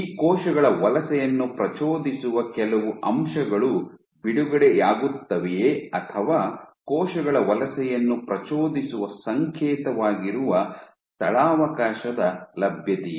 ಈ ಕೋಶಗಳ ವಲಸೆಯನ್ನು ಪ್ರಚೋದಿಸುವ ಕೆಲವು ಅಂಶಗಳು ಬಿಡುಗಡೆಯಾಗುತ್ತವೆಯೇ ಅಥವಾ ಕೋಶಗಳ ವಲಸೆಯನ್ನು ಪ್ರಚೋದಿಸುವ ಸಂಕೇತವಾಗಿರುವ ಸ್ಥಳಾವಕಾಶದ ಲಭ್ಯತೆಯೇ